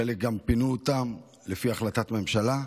וחלק גם פינו לפי החלטת הממשלה.